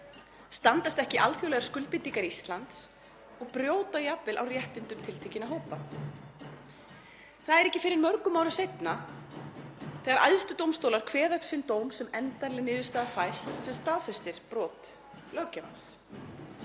standast ekki alþjóðlegar skuldbindingar Íslands og brjóta jafnvel á réttindum tiltekinna hópa. Það er ekki fyrr en mörgum árum seinna, þegar æðstu dómstólar kveða upp sinn dóm, sem endanleg niðurstaða fæst sem staðfestir brot löggjafans.